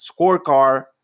scorecard